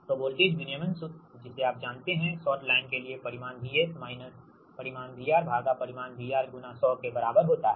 तो वोल्टेज विनियमन सूत्र जिसे आप जानते हैं शॉर्ट लाइन के लिए परिमाण VS माइनस परिमाण VR भागा परिमाण VR गुणा 100 के बराबर होता है